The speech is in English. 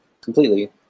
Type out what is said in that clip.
completely